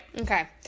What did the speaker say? Okay